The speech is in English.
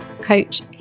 coach